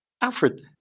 Alfred